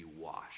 washed